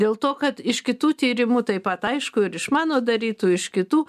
dėl to kad iš kitų tyrimų taip pat aišku ir iš mano darytų iš kitų